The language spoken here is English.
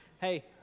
Hey